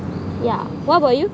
yeah what about you